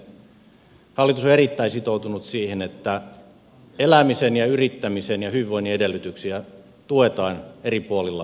hallitus on erittäin sitoutunut siihen että elämisen ja yrittämisen ja hyvinvoinnin edellytyksiä tuetaan eri puolilla suomea